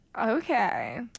Okay